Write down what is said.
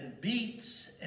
beets